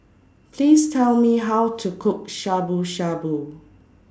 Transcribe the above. Please Tell Me How to Cook Shabu Shabu